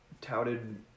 touted